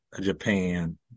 Japan